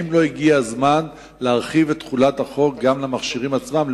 האם לא הגיע הזמן להרחיב את תחולת החוק גם על המכשירים עצמם,